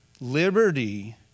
Liberty